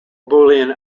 boolean